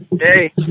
Hey